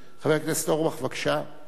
חבר הכנסת אורבך, בבקשה.